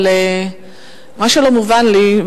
אבל מה שלא מובן לי,